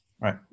Right